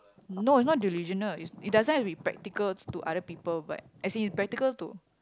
no not delusional it it doesn't have to be practical to other people but as in it practical to